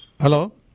Hello